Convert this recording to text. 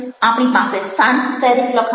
આપણી પાસે sans serif લખાણ છે